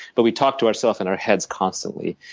but we talk to ourselves in our heads constantly,